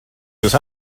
jūs